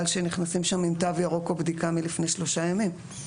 שנכנסים שם עם תו ירוק או בדיקה מלפני שלושה ימים.